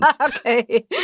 Okay